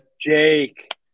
Jake